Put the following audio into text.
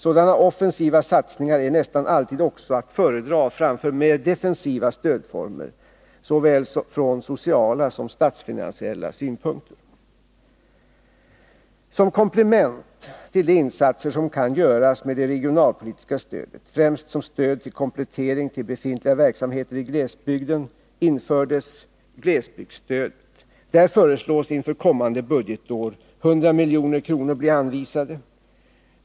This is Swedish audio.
Sådana offensiva satsningar är nästan alltid också att föredra framför mer defensiva stödformer, såväl från sociala som från statsfinansiella synpunkter. Som komplement till de insatser som kan göras med det regionalpolitiska stödet, främst som stöd till komplettering av befintliga verksamheter i glesbygden, infördes glesbygdsstödet. Där föreslås inför kommande budgetår 100 milj.kr. bli anvisade.